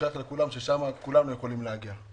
ונוכיח לכולם ששם כולם יכולים להגיע.